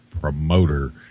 promoter